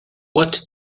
what